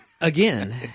again